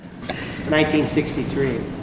1963